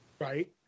Right